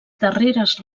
darreres